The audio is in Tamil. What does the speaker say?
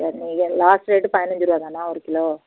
லாஸ்டு ரேட்டு பதினஞ்சு ரூபா தானா ஒரு கிலோ